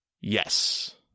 Yes